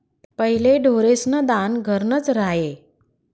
पहिले ढोरेस्न दान घरनंच र्हाये